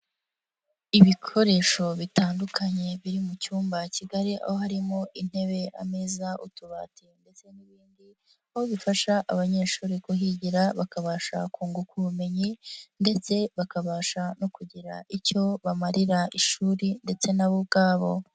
Ibikoresho bitandukanye biri mu cyumba kigari aho harimo intebe ameza utubati ndetse n'ibindi, aho bifasha abanyeshuri kuhigira bakabasha kunguka ubumenyi, ndetse bakabasha no kugira icyo bamarira ishuri ndetse nabo ubwabo.